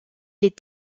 est